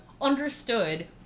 understood